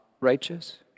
righteous